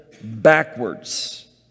backwards